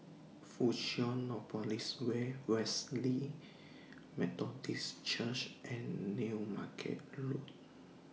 Fusionopolis Way Wesley Methodist Church and New Market Road